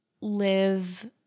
live